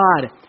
God